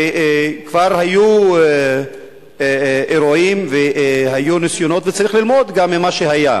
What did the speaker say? כבר היו אירועים והיו ניסיונות וצריך ללמוד גם ממה שהיה.